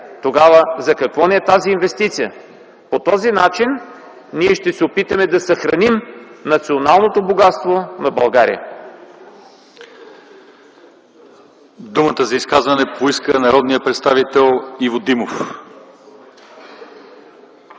тогава за какво ни е тази инвестиция?! По този начин ние ще се опитаме да съхраним националното богатство на България.